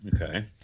Okay